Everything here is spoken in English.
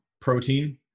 protein